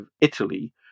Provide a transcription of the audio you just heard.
Italy